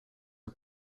are